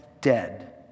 dead